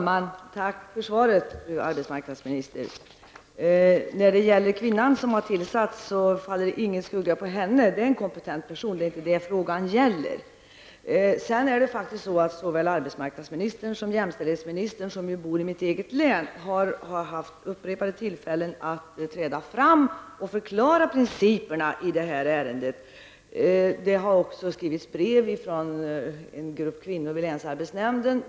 Herr talman! Tack för svaret, fru arbetsmarknadsminister. Det faller ingen skugga på kvinnan som har tillträtt den aktuella tjänsten. Det är en kompetent person. Det är inte det frågan gäller. Det är faktiskt så att såväl arbetsmarknadsministern som jämställdhetsministern, som ju bor i mitt eget län, har haft upprepade tillfällen att träda fram och förklara principerna i det här ärendet. En grupp kvinnor vid länsarbetsnämnden har också skrivit ett brev.